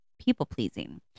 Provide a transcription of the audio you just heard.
people-pleasing